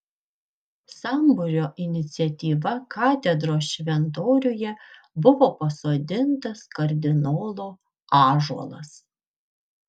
sambūrio iniciatyva katedros šventoriuje buvo pasodintas kardinolo ąžuolas